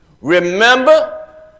Remember